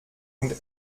und